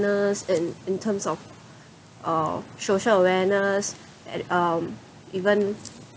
in in terms of uh social awareness and um even